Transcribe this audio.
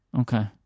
Okay